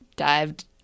Dived